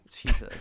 Jesus